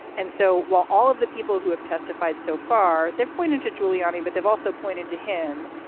and so while all of the people who have testified so far they've pointed to giuliani but they've also pointed to him.